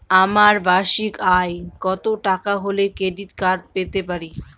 আমার বার্ষিক আয় কত টাকা হলে ক্রেডিট কার্ড পেতে পারি?